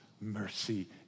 mercy